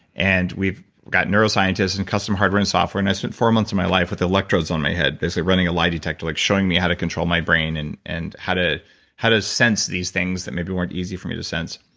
and we've got neuroscientists and custom hardware and software. and i spent four months of my life with electrodes on my head. basically running a lie detector. like showing me how to control my brain and and how to how to sense these things that maybe weren't easy for me to sense.